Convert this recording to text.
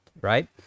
right